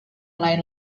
lain